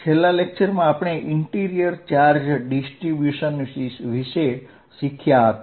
છેલ્લા લેક્ચરમાં આપણે ઇન્ટિરિયર ચાર્જ ડિસ્ટ્રીબ્યુશન વિશે શીખ્યા હતા